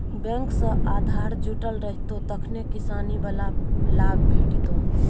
bank सँ आधार जुटल रहितौ तखने किसानी बला लाभ भेटितौ